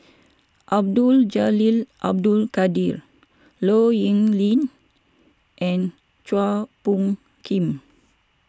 Abdul Jalil Abdul Kadir Low Yen Ling and Chua Phung Kim